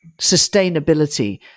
sustainability